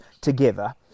together